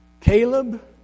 Caleb